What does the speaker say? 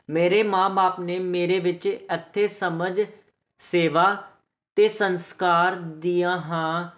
ਮੇਰੇ ਮਾਂ ਬਾਪ ਨੇ ਮੇਰੇ ਵਿੱਚ ਇੱਥੇ ਸਮਝ ਸੇਵਾ ਅਤੇ ਸੰਸਕਾਰ ਦੀਆਂ ਹਾਂ